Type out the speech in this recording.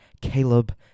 Caleb